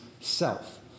self